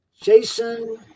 Jason